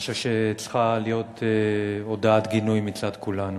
אני חושב שצריכה להיות הודעת גינוי מצד כולנו.